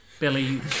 Billy